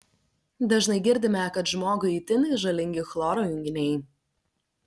dažnai girdime kad žmogui itin žalingi chloro junginiai